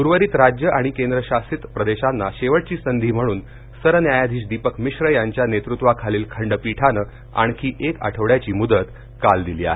उर्वरित राज्यं आणि केंद्रशासित प्रदेशांना शेवटची संधी म्हणून सरन्यायाधीश दीपक मिश्रा यांच्या नेतृत्वाखालील खंडपीठानं आणखी एक आठवड्याची मुदत काल दिली आहे